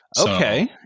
Okay